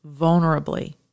vulnerably